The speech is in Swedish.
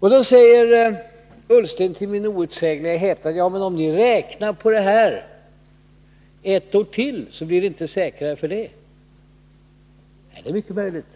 Ola Ullsten säger till min outsägliga häpnad: Ja, men om ni räknar på det här ett år till, blir det inte säkrare för det. Nej, det är mycket möjligt.